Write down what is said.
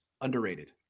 Underrated